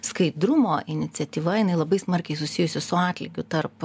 skaidrumo iniciatyva jinai labai smarkiai susijusi su atlygiu tarp